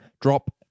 drop